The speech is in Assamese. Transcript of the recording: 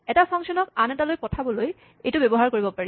এটা ফাংচনক আন এটালৈ পঠাবলৈ এইটো ব্যৱহাৰ কৰিব পাৰি